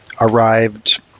arrived